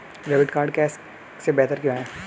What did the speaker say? Debit card cash से बेहतर क्यों है?